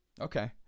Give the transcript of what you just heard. Okay